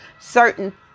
certain